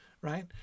right